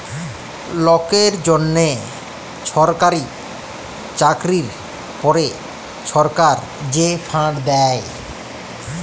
লকের জ্যনহ ছরকারি চাকরির পরে ছরকার যে ফাল্ড দ্যায়